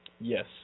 yes